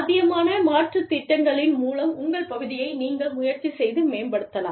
சாத்தியமான மாற்று திட்டங்களின் மூலம் உங்கள் பகுதியை நீங்கள் முயற்சி செய்து மேம்படுத்தலாம்